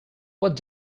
what